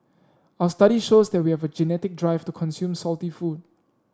our study shows that we have a genetic drive to consume salty food